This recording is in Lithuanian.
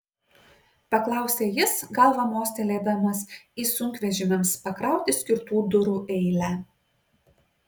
paklausė jis galva mostelėdamas į sunkvežimiams pakrauti skirtų durų eilę